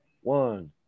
one